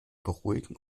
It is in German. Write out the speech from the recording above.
beruhigen